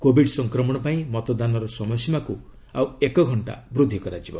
Covid ସଂକ୍ରମଣ ପାଇଁ ମତଦାନର ସମୟସୀମାକୁ ଆଉ ଏକଘଷ୍ଟା ବୃଦ୍ଧି କରାଯିବ